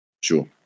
Sure